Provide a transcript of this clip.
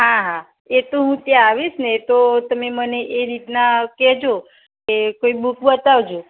હા હા એ તો હું ત્યાં આવીશને તો તમે મને એ રીતના કહેજો કે કોઈ બૂક બતાવજો